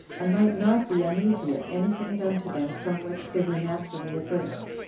and might not be uneasy at any thing done to them from which they were naturally averse.